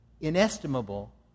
inestimable